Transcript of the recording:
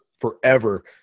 forever